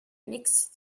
next